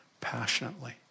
Passionately